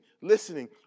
listening